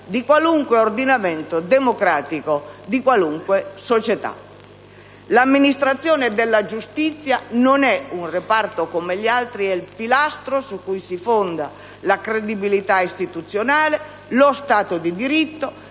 in qualunque ordinamento democratico di ogni società. L'amministrazione della giustizia non è un settore come gli altri, ma è il pilastro su cui si fonda la credibilità istituzionale, lo Stato di diritto,